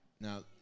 Now